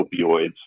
opioids